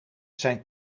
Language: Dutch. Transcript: zijn